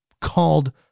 called